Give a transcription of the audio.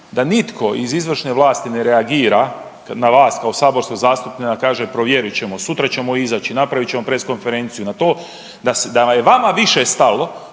da nitko iz izvršne vlasti ne reagira kad na vas kao saborskog zastupnika kaže provjerit ćemo, sutra ćemo izaći, napravit ćemo press konferenciju na to, da je vama više stalo